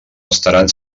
estaran